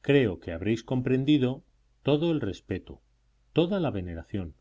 creo que habréis comprendido todo el respeto toda la veneración